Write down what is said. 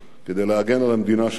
כדי להגן על המדינה שלנו,